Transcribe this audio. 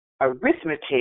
Arithmetic